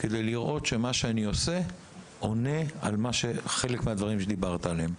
כדי לראות שמה שאני עושה עונה על חלק מהדברים שדיברת עליהם.